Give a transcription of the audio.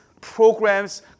programs